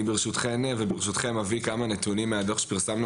אני ברשותכן וברשותכם אביא כמה נתונים מהדוח שפרסמנו